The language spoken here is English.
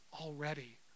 already